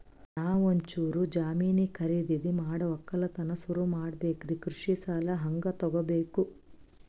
ನಾ ಒಂಚೂರು ಜಮೀನ ಖರೀದಿದ ಮಾಡಿ ಒಕ್ಕಲತನ ಸುರು ಮಾಡ ಬೇಕ್ರಿ, ಕೃಷಿ ಸಾಲ ಹಂಗ ತೊಗೊಬೇಕು?